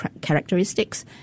characteristics